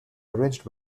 arranged